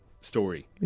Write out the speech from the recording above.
story